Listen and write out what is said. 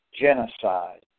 genocide